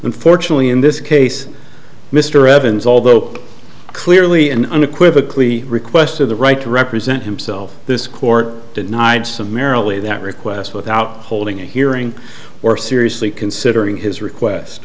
unfortunately in this case mr evans although clearly and unequivocally requested the right to represent himself this court denied summarily that request without holding a hearing or seriously considering his request